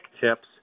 tips